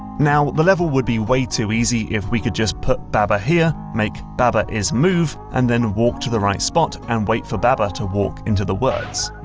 now the level would be way too easy if we could just put baba here, make baba is move, and then walk to the right spot and wait for baba to walk into the words.